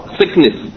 sickness